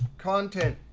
content,